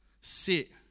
sit